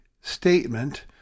statement